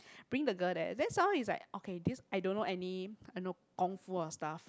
bring the girl there then some more is like okay this I don't know any you know kung-fu or stuff